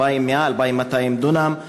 2,200-2,100 דונם.